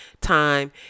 time